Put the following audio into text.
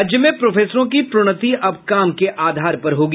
राज्य में प्रोफेसरों की प्रोन्नति अब काम के आधार पर होगी